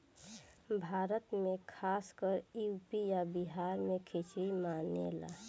भारत मे खासकर यू.पी आ बिहार मे खिचरी मानेला